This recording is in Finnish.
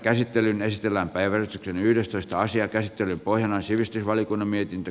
käsittelyn pohjana on sivistysvaliokunnan mietintö